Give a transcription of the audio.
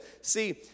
See